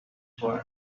torn